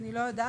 אני לא יודעת.